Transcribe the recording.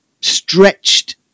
stretched